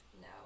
no